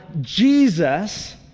Jesus